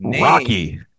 Rocky